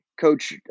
Coach